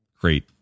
great